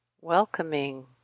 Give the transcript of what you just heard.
welcoming